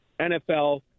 NFL